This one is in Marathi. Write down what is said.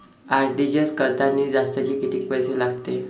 आर.टी.जी.एस करतांनी जास्तचे कितीक पैसे लागते?